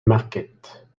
marquette